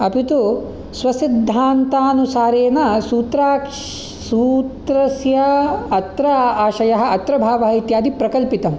अपि तु स्वसिद्धान्तानुसारेन सूत्राक् सूत्रस्य अत्र आशयः अत्र भावः इत्यादि प्रकल्पितं